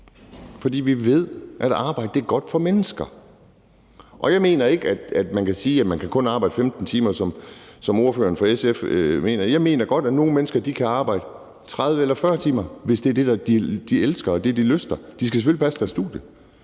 fordi vi ved, at arbejde er godt for mennesker. Og jeg mener ikke, at man kan sige, at man kun kan arbejde 15 timer, som ordføreren for SF mener. Jeg mener godt, at nogle mennesker kan arbejde 30 eller 40 timer, hvis det er det, de elsker, og det, de lyster. De skal selvfølgelig passe deres studie.